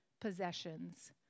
possessions